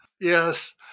Yes